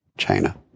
China